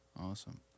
Awesome